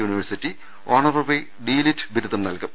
university honorary DLitt ബിരുദം നൽകും